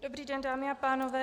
Dobrý den dámy a pánové.